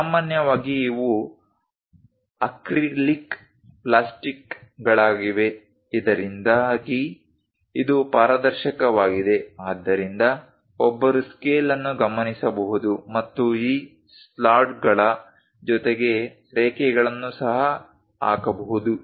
ಸಾಮಾನ್ಯವಾಗಿ ಇವು ಅಕ್ರಿಲಿಕ್ ಪ್ಲಾಸ್ಟಿಕ್ಗಳಾಗಿವೆ ಇದರಿಂದಾಗಿ ಇದು ಪಾರದರ್ಶಕವಾಗಿದೆ ಆದ್ದರಿಂದ ಒಬ್ಬರು ಸ್ಕೇಲ್ ಅನ್ನು ಗಮನಿಸಬಹುದು ಮತ್ತು ಈ ಸ್ಲಾಟ್ಗಳ ಜೊತೆಗೆ ರೇಖೆಗಳನ್ನು ಸಹ ಹಾಕಬಹುದು